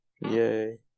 Yay